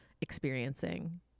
experiencing